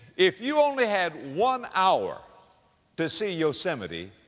if you only had one hour to see yosemite,